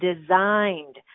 designed